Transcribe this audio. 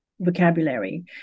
vocabulary